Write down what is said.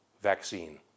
vaccine